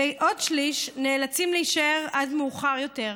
ועוד שליש נאלצים להישאר עד מאוחר יותר,